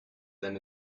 them